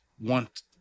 want